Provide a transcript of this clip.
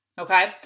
Okay